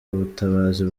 ubutabazi